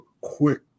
quick